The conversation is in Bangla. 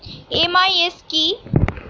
এম.আই.এস কি?